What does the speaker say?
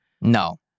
No